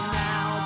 now